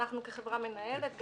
אנחנו כחברה מנהלת,